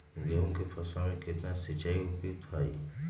गेंहू के फसल में केतना सिंचाई उपयुक्त हाइ?